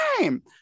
time